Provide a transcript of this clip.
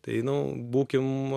tai nu būkim